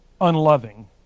unloving